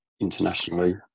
internationally